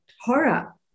horror